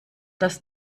das